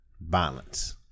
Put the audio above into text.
violence